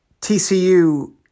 TCU